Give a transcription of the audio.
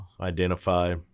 identify